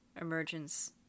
emergence